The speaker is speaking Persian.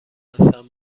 هستم